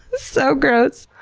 so gross.